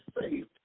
faith